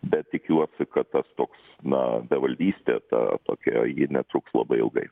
bet tikiuosi kad tas toks na bevaldystė ta tokia ji netruks labai ilgai